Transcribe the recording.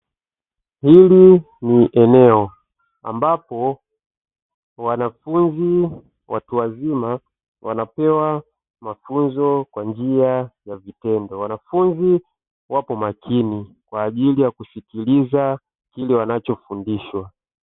Hili ni eneo ambapo wanafunzi watu wazima wanapewa mafunzo kwa njia ya vitendo na wanafunzi wapo makini kwa ajili kusikiliza kile wanachofundishwa.